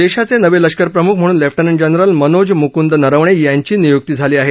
देशाचे नवे लष्करप्रमुख म्हणून लेफ्टनंट जनरल मनोज मुकंद नरवणे यांची नियुक्ती झाली आहे